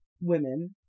women